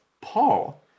Paul